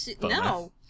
No